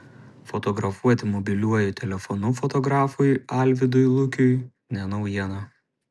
fotografuoti mobiliuoju telefonu fotografui alvydui lukiui ne naujiena